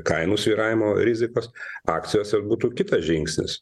kainų svyravimo rizikos akcijose būtų kitas žingsnis